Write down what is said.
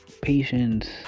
patience